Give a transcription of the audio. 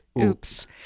oops